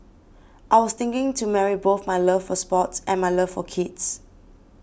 I was thinking to marry both my love for sports and my love for kids